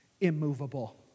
immovable